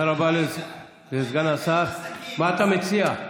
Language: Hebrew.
סגן השר, מה אתה מציע?